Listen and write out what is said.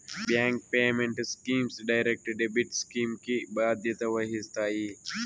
bank payment schemes direct debit scheme కి బాధ్యత వహిస్తాయి